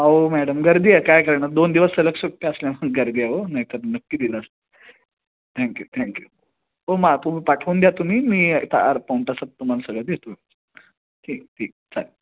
हो मॅडम गर्दी आहे काय करणार दोन दिवस सलग सुट्टी असल्यामुळे गर्दी आहे हो नाही तर नक्की दिलं असतं थँक्यू थँक्यू हो मग तुम्ही पाठवून द्या तुम्ही मी अर्धा पाऊण तासात तुम्हाला सगळं देतो ठीक ठीक चालेल